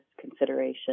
consideration